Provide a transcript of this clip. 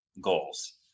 goals